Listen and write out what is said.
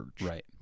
Right